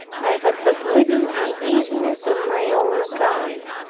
i had but little uneasiness on my own account.